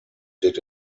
did